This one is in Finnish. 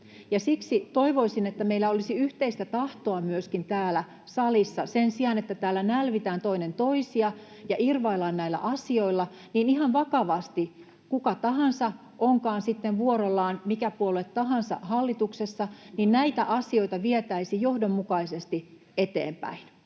Siksi toivoisin, että meillä olisi yhteistä tahtoa myöskin täällä salissa ja että sen sijaan, että täällä nälvitään toinen toistaan ja irvaillaan näillä asioilla, ihan vakavasti, mikä puolue tahansa sitten onkaan vuorollaan hallituksessa, näitä asioita vietäisiin johdonmukaisesti eteenpäin.